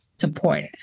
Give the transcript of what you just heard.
support